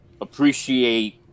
appreciate